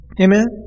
Amen